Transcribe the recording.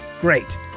great